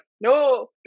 no